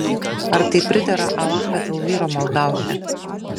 ar tai pridera alachą dėl vyro maldauti